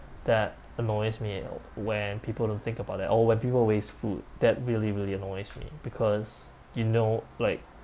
that annoys me when people don't think about it or when people waste food that really really annoys me because you know like